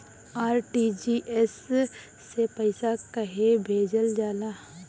RTGS से पइसा कहे भेजल जाला?